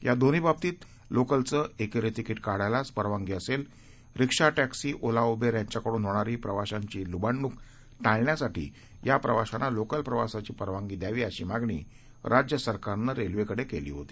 यादोन्हीबाबतीतलोकलचंएकेरीतिकीटकाढायलाचपरवानगीअसेलरिक्शा taxi Ola उबेरयांच्याकडूनहोणारीप्रवाशांचीलुबाडणूकटाळण्यासाठीयाप्रवाशांनालोकलप्रवासाचीपरवानगीद्यावी अशीमागणीराज्यसरकारनंरेल्वेकडेकेलीहोती